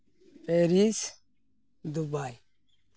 Paris Dubai